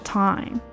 time